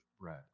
bread